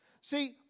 See